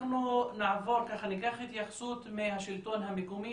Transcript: אנחנו ניקח התייחסות מהשלטון המקומי,